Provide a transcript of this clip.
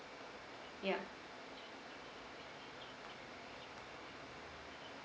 ya